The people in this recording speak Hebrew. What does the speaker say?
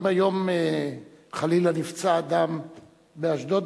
אם היום חלילה נפצע אדם באשדוד,